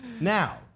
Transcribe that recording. Now